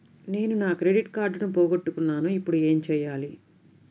నేను నా క్రెడిట్ కార్డును పోగొట్టుకున్నాను ఇపుడు ఏం చేయాలి?